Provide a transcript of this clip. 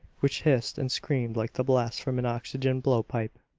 which hissed and screamed like the blast from an oxygen blow-pipe.